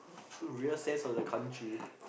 um real sense of the country